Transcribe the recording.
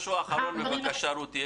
משהו אחרון, בבקשה, רותי.